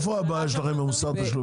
אז איפה הבעיה שלכם עם מוסר התשלומים?